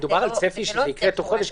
מדובר על צפי שזה יקרה תוך חודש?